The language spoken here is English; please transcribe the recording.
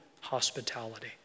hospitality